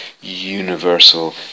universal